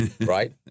right